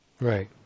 right